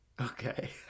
Okay